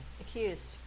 accused